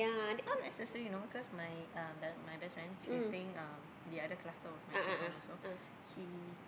not necessary you know cause my um my best friend she staying um the other cluster of my Keat-Hong also he